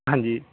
ਹਾਂਜੀ